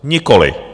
Nikoliv.